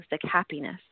happiness